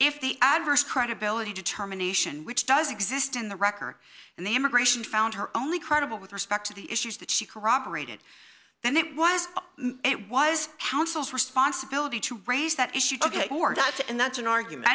if the adverse credibility determination which does exist in the record and the immigration found her only credible with respect to the issues that she corroborated then it was it was counsel's responsibility to raise that issue ok or not and that's an argument